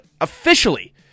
officially